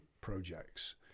projects